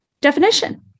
definition